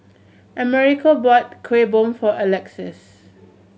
Amerigo bought Kuih Bom for Alexys